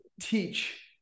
teach